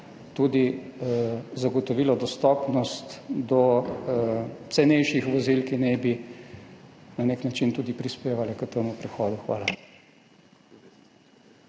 zagotovilo tudi dostopnost do cenejših vozil, ki naj bi na nek način tudi prispevala k temu prehodu. Hvala.